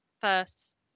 first